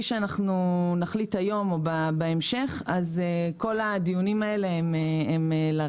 שאנחנו נחליט היום או בהמשך אז כל הדיונים האלה הם...